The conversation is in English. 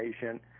patient